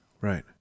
Right